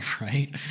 right